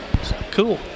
Cool